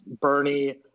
Bernie